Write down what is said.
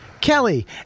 Kelly